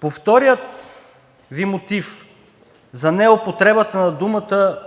По втория Ви мотив – за неупотребата на думата